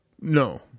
No